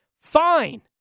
fine